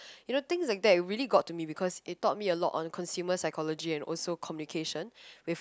you know thing like that really got to me because it taught me a lot on consumer psychology and also communication with